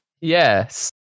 Yes